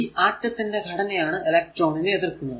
ഈ ആറ്റത്തിന്റെ ഘടനയാണ് ഇലെക്ട്രോൺ നെ എതിർക്കുന്നത്